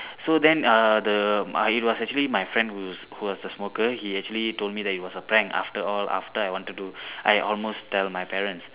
so then uh the it was actually my friend who who was a smoker he actually told me it was a prank after all after I wanted to I almost tell my parents